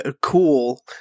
cool